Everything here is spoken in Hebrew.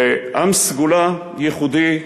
עם סגולה ייחודי,